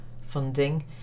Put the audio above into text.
funding